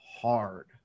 hard